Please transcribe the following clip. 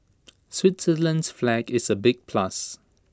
Switzerland's flag is A big plus